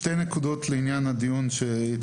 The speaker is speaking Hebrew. שתי נקודות לעניין הדיון.